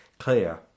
clear